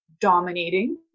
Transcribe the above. dominating